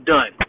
Done